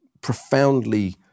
profoundly